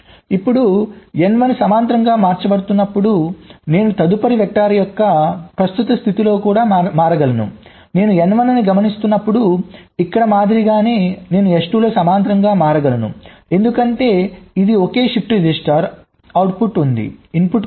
ఇప్పుడు N1 సమాంతరంగా మార్చబడుతున్నప్పుడు నేను తదుపరి వెక్టర్ యొక్క ప్రస్తుత స్థితిలో కూడా మారగలను నేను N1 ను గమనిస్తున్నప్పుడు ఇక్కడ మాదిరిగానే నేను S2 లో సమాంతరంగా మారగలను ఎందుకంటే ఇది ఒకే షిఫ్ట్ రిజిస్టర్ అవుట్పుట్ ఉంది ఇన్పుట్ కూడా ఉంది